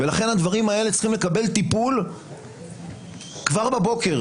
ולכן הדברים האלה צריכים לקבל טיפול כבר בבוקר,